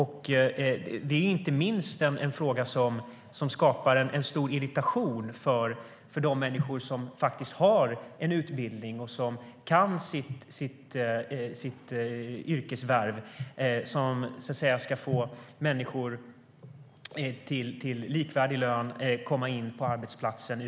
Det är inte minst en fråga som skapar en stor irritation hos de människor som har en utbildning och som kan sitt yrkesvärv. Det ska nu komma in människor utan utbildning till likvärdig lön på arbetsplatsen.